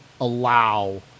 allow